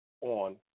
on